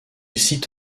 cite